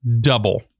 double